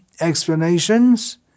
explanations